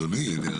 אדוני.